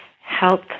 health